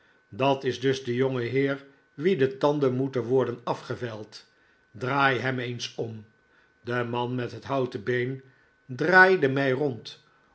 dat is dus tie jongeheer wien de tanden moeten worden afgevijld draai hem eens om de man met het houten been draaide mij rond